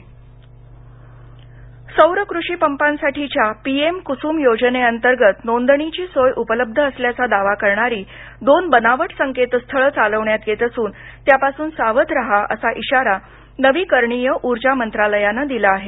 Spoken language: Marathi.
पीएम सौर कृषीपंपांसाठीच्या पीएम कुसुम योजनेअंतर्गत नोंदणीची सोय उपलब्ध असल्याचा दावा करणारी दोन बनावट संकेतस्थळं चालवण्यात येत असून त्यापासून सावध रहा असा इशारा नवीकरणीय ऊर्जा मंत्रालयानं दिला आहे